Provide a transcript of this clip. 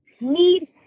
need